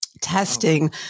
testing